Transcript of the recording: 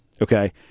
Okay